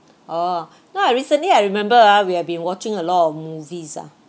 oh no I recently I remember ah we have been watching a lot of movies ah